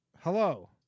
Hello